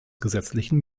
gesetzlichen